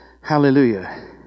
Hallelujah